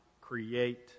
create